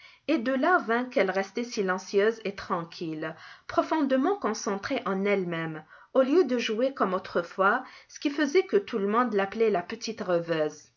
et de là vint qu'elle restait silencieuse et tranquille profondément concentrée en elle-même au lieu de jouer comme autrefois ce qui faisait que tout le monde l'appelait la petite rêveuse